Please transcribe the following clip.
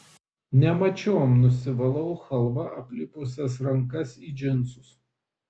nemačiom nusivalau chalva aplipusias rankas į džinsus